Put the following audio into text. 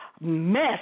Mess